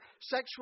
sexual